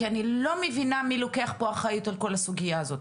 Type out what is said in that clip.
כי אני לא מבינה מי לוקח פה אחריות על כל הסוגיה הזאת.